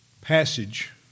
passage